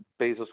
Bezos